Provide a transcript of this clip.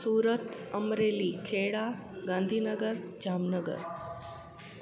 Surat Amreli Kheda Gandhinagar Jamnagar